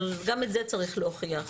אבל גם את זה צריך להוכיח.